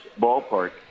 ballpark